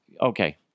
okay